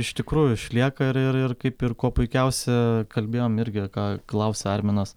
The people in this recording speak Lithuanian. iš tikrųjų išlieka ir ir ir kaip ir kuo puikiausia kalbėjom irgi ką klausia arminas